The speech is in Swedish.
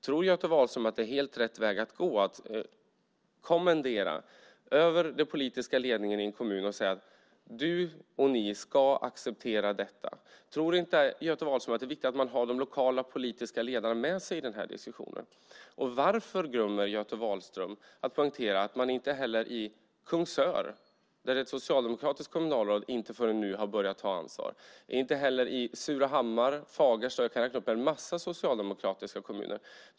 Tror Göte Wahlström att det är helt rätt väg att gå att kommendera över den politiska ledningen i en kommun och säga: Du och ni ska acceptera detta! Tror inte Göte Wahlström att det är viktigt att ha de lokala politiska ledarna med sig i den här diskussionen? Varför glömmer Göte Wahlström att poängtera att man inte heller i Kungsör, där det är ett socialdemokratiskt kommunalråd, förrän nu har börjat ta ansvar? Inte heller i Surahammar eller Fagersta, och jag kan räkna upp en massa socialdemokratiska kommuner, tar man detta ansvar.